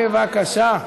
בבקשה.